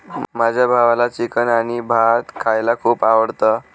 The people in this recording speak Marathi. माझ्या भावाला चिकन आणि भात खायला खूप आवडतं